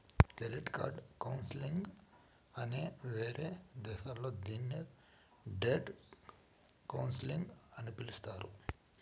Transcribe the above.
credit counselling నే వేరే దేశాల్లో దీన్ని డెట్ కౌన్సిలింగ్ అని పిలుత్తారు